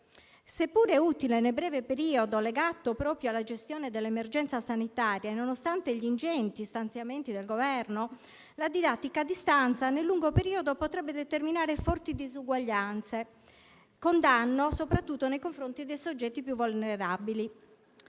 Seppure utile nel breve periodo legato proprio alla gestione dell'emergenza sanitaria e nonostante gli ingenti stanziamenti del Governo, la didattica a distanza nel lungo periodo potrebbe determinare forti disuguaglianze, con danno soprattutto nei confronti dei soggetti più vulnerabili.